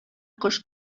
кош